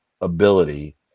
ability